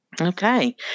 Okay